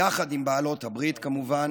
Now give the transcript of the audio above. יחד עם בעלות הברית, כמובן.